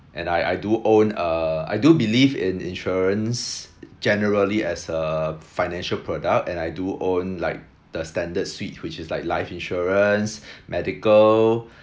and I I do own a I do believe in insurance generally as a financial product and I do own like the standard suite which like life insurance medical